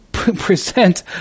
present